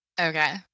Okay